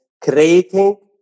creating